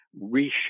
reshape